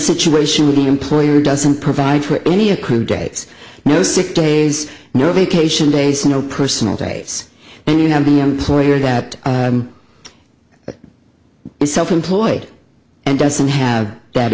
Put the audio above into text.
situation of the employer doesn't provide for any accrued debts no sick days no vacation days no personal days and you have the employer that is self employed and doesn't have that